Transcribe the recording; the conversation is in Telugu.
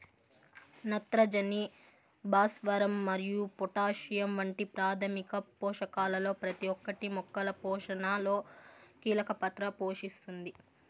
నత్రజని, భాస్వరం మరియు పొటాషియం వంటి ప్రాథమిక పోషకాలలో ప్రతి ఒక్కటి మొక్కల పోషణలో కీలక పాత్ర పోషిస్తుంది